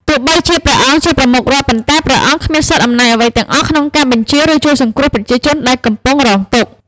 ទោះបីជាព្រះអង្គជាប្រមុខរដ្ឋ ប៉ុន្តែព្រះអង្គគ្មានសិទ្ធិអំណាចអ្វីទាំងអស់ក្នុងការបញ្ជា ឬជួយសង្គ្រោះប្រជាជនដែលកំពុងរងទុក្ខ។